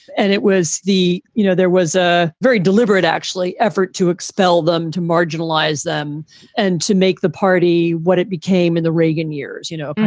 and it was the you know, there was a very deliberate actually effort to expel them, to marginalize them and to make the party what it became in the reagan years. you know,